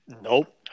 Nope